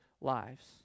lives